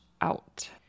out